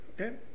okay